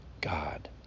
God